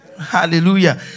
Hallelujah